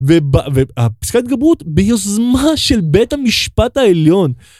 ופסקת ההתגברות ביוזמה של בית המשפט העליון